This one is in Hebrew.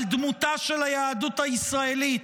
על דמותה של היהדות הישראלית,